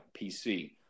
PC